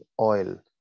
oil